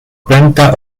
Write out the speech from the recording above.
planta